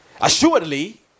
assuredly